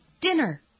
Dinner